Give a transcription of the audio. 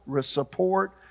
support